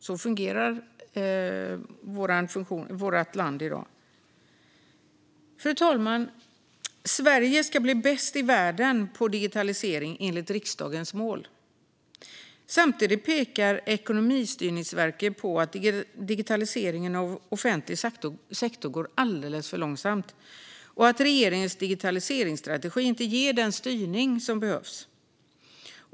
Så fungerar vårt land i dag. Fru talman! Sverige ska bli bäst i världen på digitalisering, enligt riksdagens mål. Samtidigt pekar Ekonomistyrningsverket på att digitaliseringen av offentlig sektor går alldeles för långsamt och att regeringens digitaliseringsstrategi inte ger den styrning som behövs.